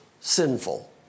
sinful